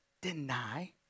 deny